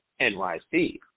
NYC